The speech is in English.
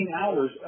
hours